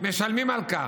ישלמו על כך.